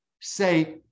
say